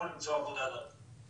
אני יכול למצוא עבודה דרכה,